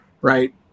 right